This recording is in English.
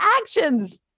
actions